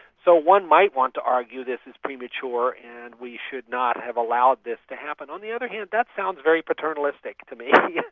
so one might want to argue that it's premature and we should not have allowed this to happen. on the other hand that sounds very paternalistic to me,